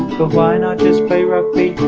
but why not just play rugby?